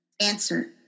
Answer